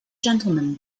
gentleman